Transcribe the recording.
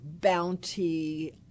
bounty